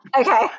Okay